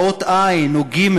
באות ע' או ג',